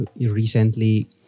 Recently